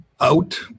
out